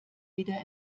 wieder